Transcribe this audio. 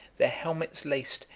their helmets laced,